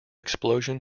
explosion